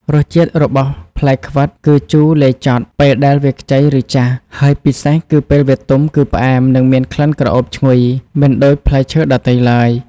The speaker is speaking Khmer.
រសជាតិរបស់ផ្លែខ្វិតគឺ ជូរលាយចត់ពេលដែលវាខ្ចីឬចាស់ ហើយពិសេសគឺពេលវាទុំគឺផ្អែមនិងមានក្លិនក្រអូបឈ្ងុយ មិនដូចផ្លែឈើដទៃឡើយ។